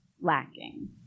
lacking